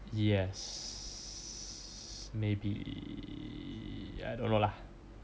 yes maybe I don't know lah